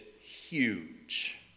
huge